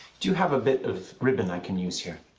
do you have a bit of ribbon i can use here?